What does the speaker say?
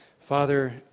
Father